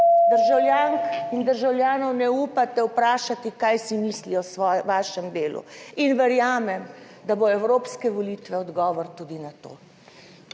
Državljank in državljanov ne upate vprašati, kaj si mislijo o svojem, vašem delu in verjamem, da bodo evropske volitve odgovor tudi na to.